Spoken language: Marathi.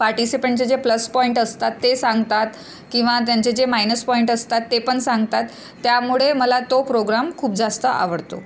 पार्टिसिपंटचे जे प्लस पॉईंट असतात ते सांगतात किंवा त्यांचे जे मायनस पॉईंट असतात ते पण सांगतात त्यामुळे मला तो प्रोग्राम खूप जास्त आवडतो